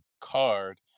card